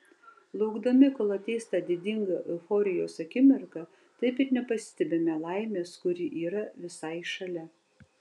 laukdami kol ateis ta didinga euforijos akimirka taip ir nepastebime laimės kuri yra visai šalia